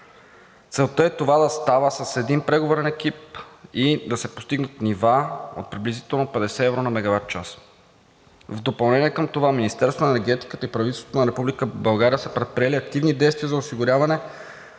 Целта е това да става с един преговорен екип и да се постигнат нива от приблизително 50 евро на мегаватчас. В допълнение към това Министерството на енергетиката и правителството на Република България са предприели активни действия за осигуряване